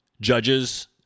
judges